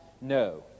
No